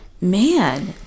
Man